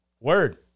Word